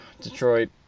Detroit